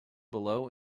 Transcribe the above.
below